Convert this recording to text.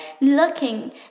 looking